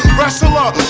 Wrestler